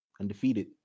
undefeated